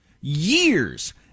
Years